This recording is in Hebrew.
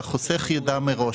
שהחוסך יידע מראש.